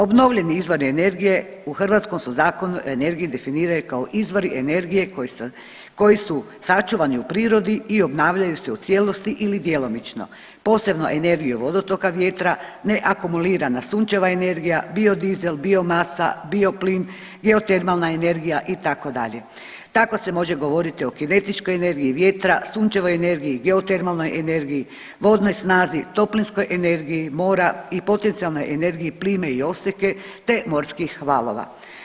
Obnovljivi izvori energije u hrvatskom se Zakonu o energiji definiraju kao izvori energije koji su sačuvani u prirodi i obnavljaju se u cijelosti ili djelomično, posebno energiju vodotoka vjetra, ne akumulirana sunčeva energija, bio dizel, biomasa, bioplin, geotermalna energija itd., tako se može govoriti o kinetičkoj energiji vjetra, sunčevoj energiji, geotermalnoj energiji, vodnoj snazi, toplinskoj energiji mora i potencijalnoj energiji plime i oseke, te morskih valova.